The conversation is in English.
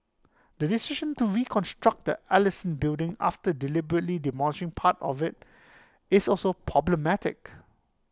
the decision to reconstruct the Ellison building after deliberately demolishing part of IT is also problematic